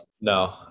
no